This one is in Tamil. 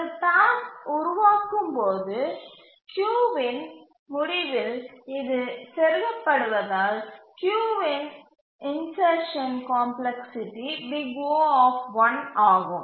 ஒரு டாஸ்க் உருவாக்கும்போது கியூவின் முடிவில் இது செருகப்படுவதால் கியூவில் இன்சர்ஷன் காம்ப்ளக்ஸ்சிட்டி O ஆகும்